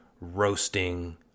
Roasting